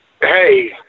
Hey